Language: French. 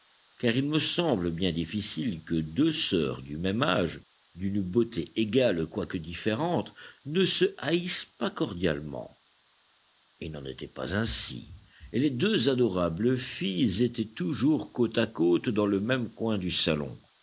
car il me semble bien difficile que deux sœurs du même âge d'une beauté égale quoique différente ne se haïssent pas cordialement il n'en était pas ainsi et les deux adorables filles étaient toujours côte à côte dans le même coin du salon